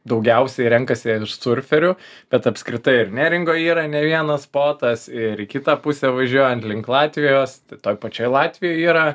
daugiausiai renkasi iš surferių bet apskritai ir neringoj yra ne vienas sportas ir į kitą pusę važiuojant link latvijos toj pačioj latvijoj yra